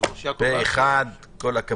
הצבעה בעד פה אחד אושר.